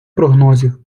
прогнозів